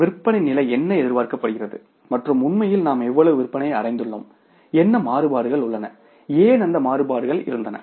விற்பனை நிலை என்ன எதிர்பார்க்கப்படுகிறது மற்றும் உண்மையில் நாம் எவ்வளவு விற்பனையை அடைந்துள்ளோம் என்ன மாறுபாடுகள் உள்ளன ஏன் அந்த மாறுபாடுகள் இருந்தன